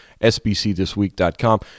sbcthisweek.com